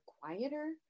quieter